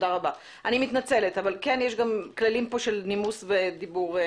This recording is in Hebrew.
אני מתנצלת אבל יש פה כללים של דיבור ונימוס